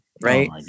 right